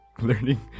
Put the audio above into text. learning